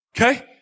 Okay